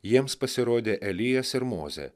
jiems pasirodė elijas ir mozė